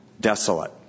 desolate